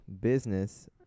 business